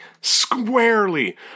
squarely